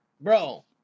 Bro